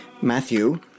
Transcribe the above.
Matthew